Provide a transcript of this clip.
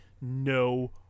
no